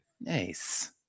Nice